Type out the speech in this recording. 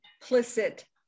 implicit